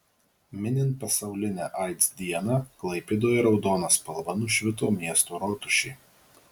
minint pasaulinę aids dieną klaipėdoje raudona spalva nušvito miesto rotušė